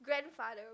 grandfather